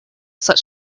such